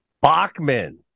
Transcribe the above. Bachman